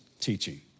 teaching